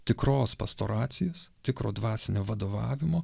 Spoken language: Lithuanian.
tikros pastoracijos tikro dvasinio vadovavimo